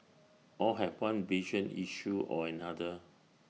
all have one vision issue or another